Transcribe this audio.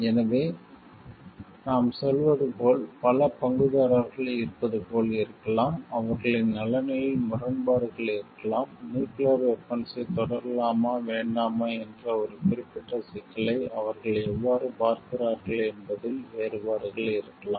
எனவே நாம் சொல்வது போல் பல பங்குதாரர்கள் இருப்பது போல் இருக்கலாம் அவர்களின் நலனில் முரண்பாடுகள் இருக்கலாம் நியூக்கிளியர் வெபன்ஸ்ஸை தொடரலாமா வேண்டாமா என்ற ஒரு குறிப்பிட்ட சிக்கலை அவர்கள் எவ்வாறு பார்க்கிறார்கள் என்பதில் வேறுபாடுகள் இருக்கலாம்